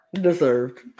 Deserved